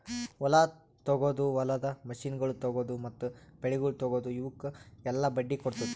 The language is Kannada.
ಹೊಲ ತೊಗೊದು, ಹೊಲದ ಮಷೀನಗೊಳ್ ತೊಗೊದು, ಮತ್ತ ಬೆಳಿಗೊಳ್ ತೊಗೊದು, ಇವುಕ್ ಎಲ್ಲಾ ಬಡ್ಡಿ ಕೊಡ್ತುದ್